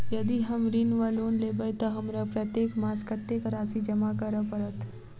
यदि हम ऋण वा लोन लेबै तऽ हमरा प्रत्येक मास कत्तेक राशि जमा करऽ पड़त?